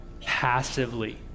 passively